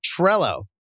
Trello